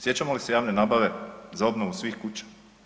Sjećamo li se javne nabave za obnovu svih kuća?